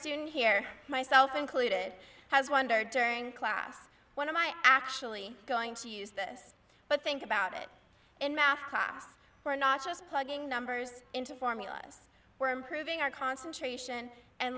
student here myself included has wondered during class one of my actually going to use this but think about it in math class we're not just plugging numbers into formulas we're improving our concentration and